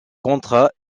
contrat